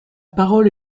parole